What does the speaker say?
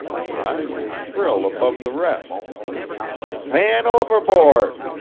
high and shrill above the rest man overboard!